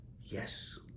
Yes